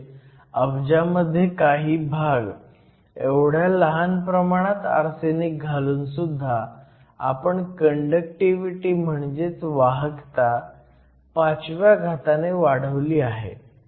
म्हणजे अब्जामध्ये काही भाग एवढ्या लहान प्रमाणात आर्सेनिक घालून सुद्धा आपण कंडक्टिव्हिटी म्हणजेच वाहकता 5व्या घाताने वाढवली आहे